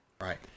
Right